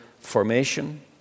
formation